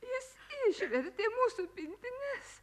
jis išvertė mūsų pintines